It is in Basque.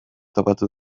topatu